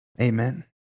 Amen